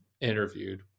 interviewed